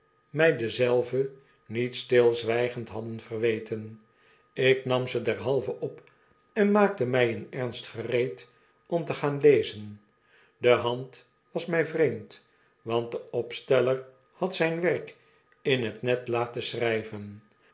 my dezelve niet stilzwijgend hadden verweten ik nam ze dermal ve op en maakte my in ernst gereed om te gaan lezen de hand was my vreemd want de opsteller had zijn werk in het net laten schryven